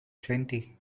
plenty